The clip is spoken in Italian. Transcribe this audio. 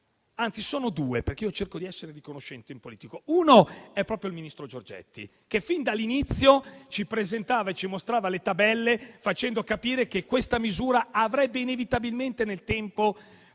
anzi, sono due, perché cerco di essere riconoscente in politica - è proprio il ministro Giorgetti, che fin dall'inizio ci mostrava le tabelle, facendo capire che questa misura avrebbe inevitabilmente portato